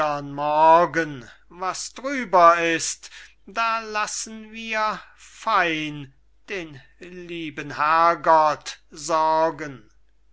morgen was drüber ist da lassen wir fein den lieben herrgott sorgen